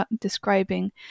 describing